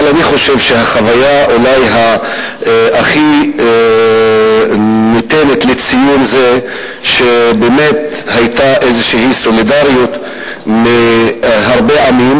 החוויה שהכי ניתנת לציון היא שהיתה סולידריות מהרבה עמים,